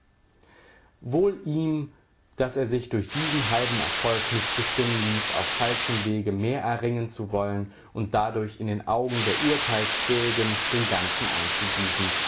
wohl ihm daß er sich durch diesen halben erfolg nicht bestimmen ließ auf falschem wege mehr erringen zu wollen und dadurch in den augen der urteilsfähigen den ganzen einzubüßen